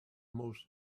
most